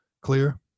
clear